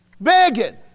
begging